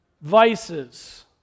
vices